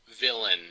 villain